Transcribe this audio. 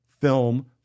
film